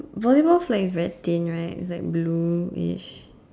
volleyball favourite team right is like blue ish